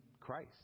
Christ